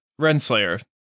Renslayer